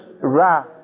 Ra